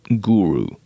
guru